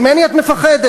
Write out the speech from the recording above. ממני את מפחדת?